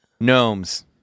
Gnomes